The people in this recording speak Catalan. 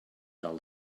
del